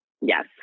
Yes